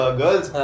girls